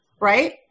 Right